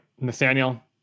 Nathaniel